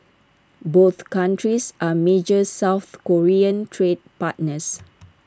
both countries are major south Korean trade partners